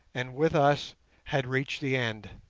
and with us had reached the end.